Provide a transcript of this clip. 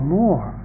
more